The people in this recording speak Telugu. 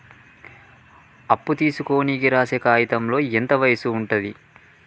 అప్పు తీసుకోనికి రాసే కాయితంలో ఎంత వయసు ఉంటది?